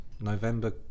November